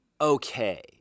okay